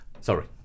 Sorry